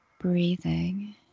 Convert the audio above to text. breathing